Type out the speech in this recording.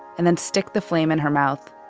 and then stick the flame in her mouth,